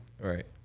Right